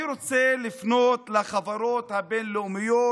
אני רוצה לפנות לחברות הבין-לאומיות